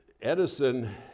Edison